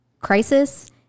crisis